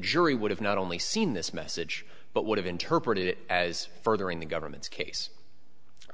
jury would have not only seen this message but would have interpreted it as furthering the government's case